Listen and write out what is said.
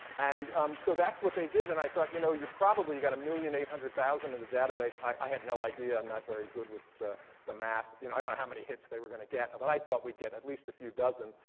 and um so that's what they did. and i thought you know you probably got one million eight hundred thousand in the database. i had no idea. i'm not very good with the the math. you know i didn't how many hits they were going to get. but i thought we'd get at least a few dozen.